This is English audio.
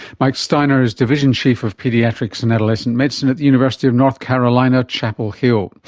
mike steiner is division chief of paediatrics and adolescent medicine at the university of north carolina chapel hill.